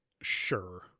Sure